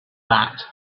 that